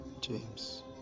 James